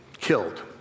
killed